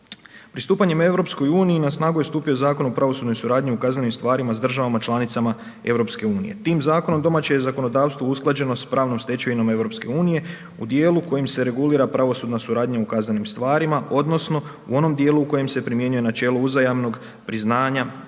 Pristupanjem EU na snagu je stupio Zakon o pravosudnoj suradnji u kaznenim stvarima s državama članicama EU. Tim zakonom domaće je zakonodavstvo usklađeno s pravnom stečevinom EU u dijelu u kojem se regulira pravosudna suradnja u kaznenim stvarima, odnosno u onom dijelu u kojem se primjenjuje načelo uzajamnog priznanja